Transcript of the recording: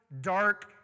dark